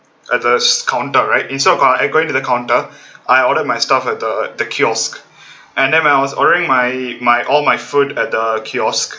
at the counter right instead of going to the counter I order my stuff at the the kiosk and then when I was ordering my my all my food at the kiosk